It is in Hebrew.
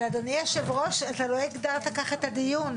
אבל אדוני היושב-ראש, אתה לא הגדרת ככה את הדיון,